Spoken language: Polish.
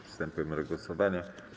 Przystępujemy do głosowania.